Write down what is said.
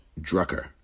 Drucker